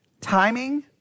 timing